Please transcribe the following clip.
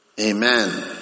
Amen